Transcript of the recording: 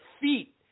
feet